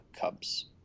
Cubs